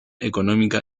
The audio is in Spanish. económica